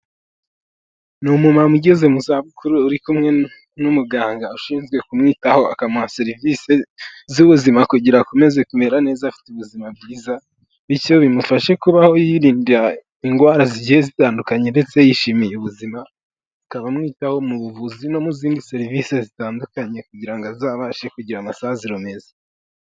Ni umumama ugeze mu zabukuru uri kumwe n'umuganga ushinzwe kumwitaho akamuha serivise z'ubuzima kugira akomeze kumera neza afite ubuzima bwiza, bityo bimufashe kubaho yirinda indwara zigiye zitandukanye ndetse yishimiye ubuzima, akaba amwitaho mu buvuzi no mu zindi serivise zitandukanye kugira ngo azabashe kugira amasaziro meza.